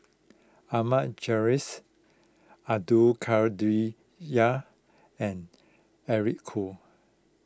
Ahmad Jais Abdul and Eric Khoo